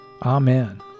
Amen